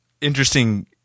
interesting